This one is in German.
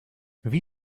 wie